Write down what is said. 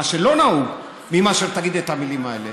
מה שלא נהוג, מאשר שתגיד את המילים האלה.